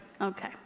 Okay